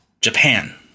Japan